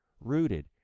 rooted